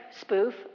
spoof